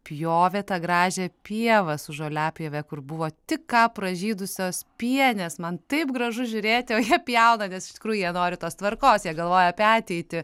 pjovė tą gražią pievą su žoliapjove kur buvo tik ką pražydusios pienės man taip gražu žiūrėti o jie pjauna nes iš tikrųjų jie nori tos tvarkos jie galvoja apie ateitį